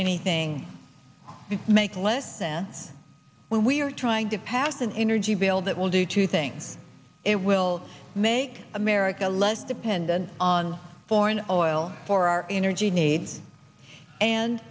anything make less sense when we are trying to pass an energy bill that will do two things it will make america less dependent on foreign oil for our energy needs and